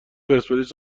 پرسپولیس